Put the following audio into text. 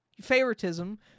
favoritism